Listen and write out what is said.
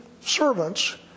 servants